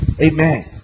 amen